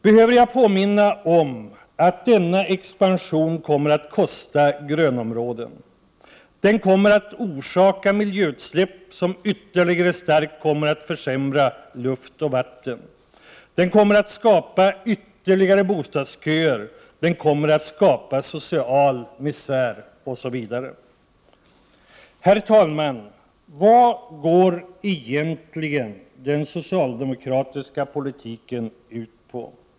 Behöver jag påminna om att denna expansion kommer att kosta grönområden, orsaka miljöutsläpp som ytterligare starkt kommer att försämra luft och vatten, skapa ytterligare bostadsköer, skapa social misär osv.? Herr talman! Vad går egentligen den socialdemokratiska politiken ut på?